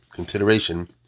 consideration